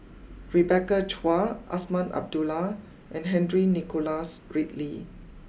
Rebecca Chua Azman Abdullah and Henry Nicholas Ridley